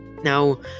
Now